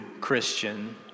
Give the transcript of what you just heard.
Christian